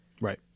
Right